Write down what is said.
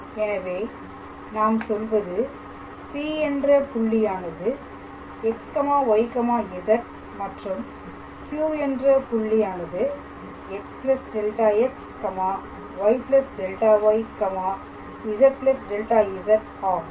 எனவே நாம் சொல்வது P என்ற புள்ளியானது xyz மற்றும் Q என்ற புள்ளியானது x δxy δyz δz ஆகும்